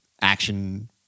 action